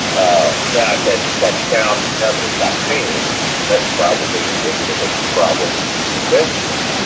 ah yeah that that sound as accompanying back pain that's probably indicative of a problem we need to investigate.